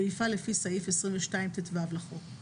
ויפעל לפי סעיף 22טו לחוק.